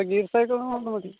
ആ gear cycle തന്നെ മതി